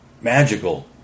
magical